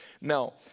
Now